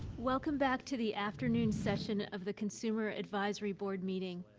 welcome back to the afternoon session of the consumer advisory board meeting.